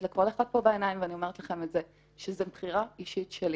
לכל אחד פה בעיניים ואני אומרת לכם שזה מבחירה אישית שלי.